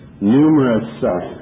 numerous